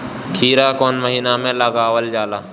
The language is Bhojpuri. खीरा कौन महीना में लगावल जाला?